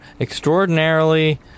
extraordinarily